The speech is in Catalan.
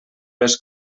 les